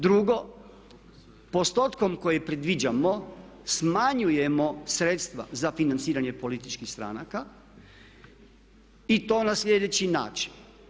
Drugo, postotkom koji predviđamo smanjujemo sredstva za financiranje političkih stranaka i to na sljedeći način.